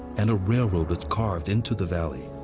and a railroad was carved into the valley.